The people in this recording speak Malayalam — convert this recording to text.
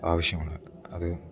ആവശ്യമാണ് അത്